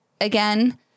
again